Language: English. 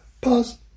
Pause